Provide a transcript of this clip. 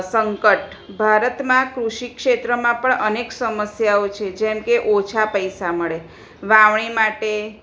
સંકટ ભારતમાં કૃષિ ક્ષેત્રમાં પણ અનેક સમસ્યાઓ છે જેમકે ઓછા પૈસા મળે વાવણી માટે